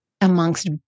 amongst